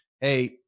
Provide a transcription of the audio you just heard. Hey